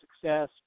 success